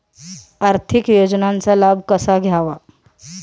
आर्थिक योजनांचा लाभ कसा घ्यावा?